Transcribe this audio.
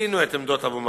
הקצינה את עמדות אבו מאזן.